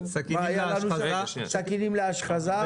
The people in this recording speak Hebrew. סכינים להשחזה,